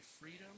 freedom